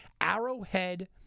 Arrowhead